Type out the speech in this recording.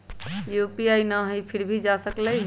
UPI न हई फिर भी जा सकलई ह?